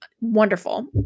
wonderful